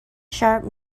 sharp